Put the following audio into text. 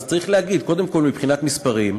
אז צריך להגיד, קודם כול מבחינת מספרים: